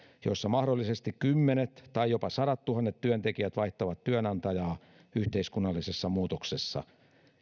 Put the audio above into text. joissa mahdollisesti kymmenet tai jopa sadattuhannet työntekijät vaihtavat työnantajaa yhteiskunnallisessa muutoksessa